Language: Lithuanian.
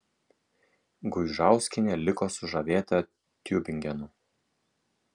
guižauskienė liko sužavėta tiubingenu